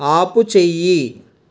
ఆపుచెయ్యి